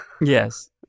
Yes